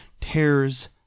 tears